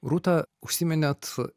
rūta užsiminėt